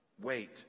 wait